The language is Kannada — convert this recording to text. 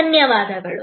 ಧನ್ಯವಾದಗಳು